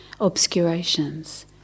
obscurations